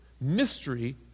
Mystery